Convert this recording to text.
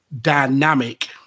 dynamic